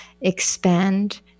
expand